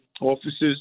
officers